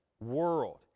world